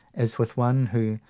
as with one who,